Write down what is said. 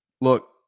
Look